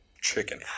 chicken